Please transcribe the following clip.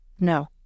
No